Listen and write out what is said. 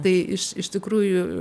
tai iš iš tikrųjų